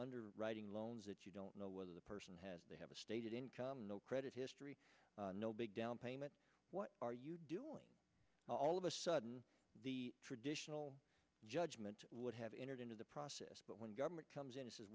underwriting loans that you don't know whether the person has they have a stated income no credit history no big downpayment what are you doing all of a sudden the traditional judgment would have entered into the process but when government comes and says